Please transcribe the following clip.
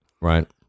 right